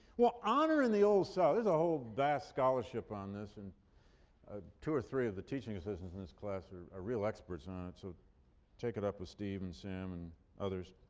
well, honor in the old south. there's a whole vast scholarship on this and ah two or three of the teaching assistants in this class are ah real experts on it. so check it out with steve and sam and others.